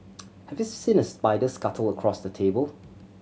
have you seen a spider scuttle across your table